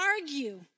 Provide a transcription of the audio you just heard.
argue